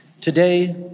Today